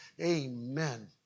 amen